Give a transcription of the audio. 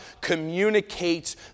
communicates